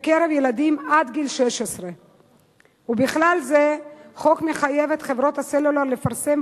בקרב ילדים עד גיל 16. בכלל זה החוק מחייב את חברות הסלולר לפרסם